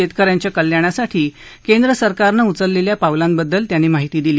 शत्तक यांच्या कल्याणासाठी केंद्रसरकारनं उचललख्वा पावलाबद्दलही त्यांनी माहिती दिली